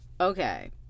Okay